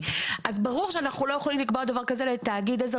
אז ברור שאנחנו לא יכולים לקבוע דבר כזה לתאגיד עזר